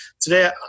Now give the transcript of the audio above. Today